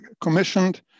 commissioned